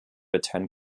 attend